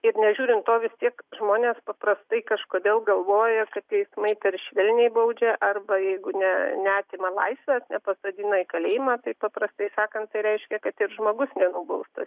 ir nežiūrint to vis tiek žmonės paprastai kažkodėl galvoja kad teismai per švelniai baudžia arba jeigu ne neatima laisvės nepasodina į kalėjimą tai paprastai sakant tai reiškia kad ir žmogus nenubaustas